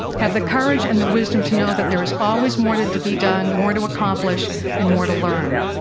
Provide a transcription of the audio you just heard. have the courage and the wisdom to know that there is always more to to be done, more to accomplish and more to learn.